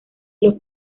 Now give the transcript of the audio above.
los